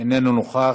אינו נוכח,